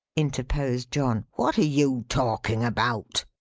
interposed john. what are you talking about?